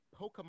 Pokemon